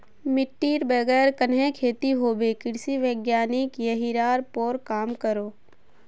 मिटटीर बगैर कन्हे खेती होबे कृषि वैज्ञानिक यहिरार पोर काम करोह